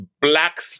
black